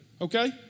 Okay